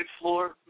floor